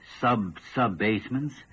sub-sub-basements